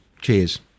Cheers